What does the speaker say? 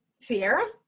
Sierra